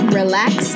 relax